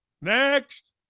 Next